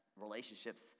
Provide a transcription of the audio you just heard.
relationships